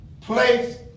place